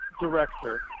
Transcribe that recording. director